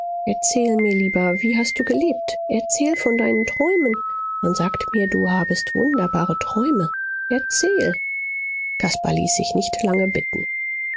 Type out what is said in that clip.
erzähl mir lieber wie hast du gelebt erzähl von deinen träumen man sagt mir du habest wunderbare träume erzähl caspar ließ nicht lange bitten